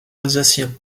alsaciens